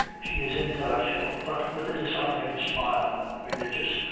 she is intellectual, but with a disarming smile, religious,